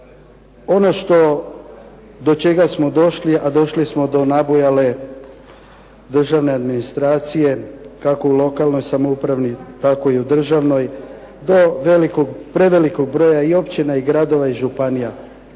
Ono do čega smo došli, a došli smo do nabujale državne administracije, kako u lokalnoj samoupravi tako i u državnoj, do velikog, prevelikog broja i općina i gradova i županija.